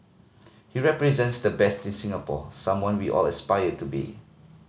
he represents the best in Singapore someone we all aspire to be